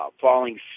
falling